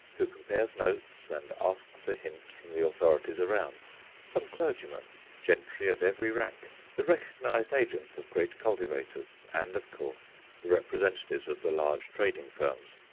who compares notes and asks a hint from the authorities around some clergymen gentry of every rank the recognized agents of great cultivators, and, of course, the representatives of the large trading firms.